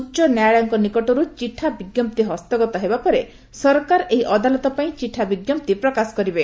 ଉଚ ନ୍ୟାୟାଳୟଙ୍ଙ ନିକଟରୁ ଚିଠା ବିଙ୍କପ୍ତି ହସ୍ତଗତ ହେବାପରେ ସରକାର ଏହି ଅଦାଲତ ପାଇଁ ଚିଠା ବିଙ୍କପ୍ତି ପ୍ରକାଶ କରିବେ